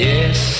Yes